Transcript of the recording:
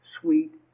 sweet